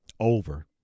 over